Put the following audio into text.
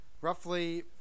roughly